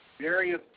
various